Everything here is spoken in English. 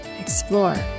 explore